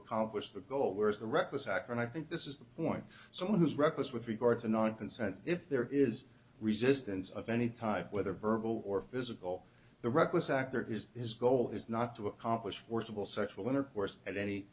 accomplish the goal whereas the reckless act and i think this is the point someone who is reckless with regard to not consent if there is resistance of any type whether verbal or physical the reckless actor is his goal is not to accomplish forcible sexual intercourse at any